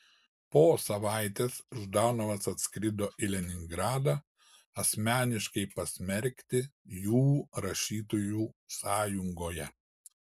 po savaitės ždanovas atskrido į leningradą asmeniškai pasmerkti jų rašytojų sąjungoje